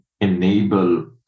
enable